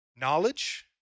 Knowledge